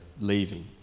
leaving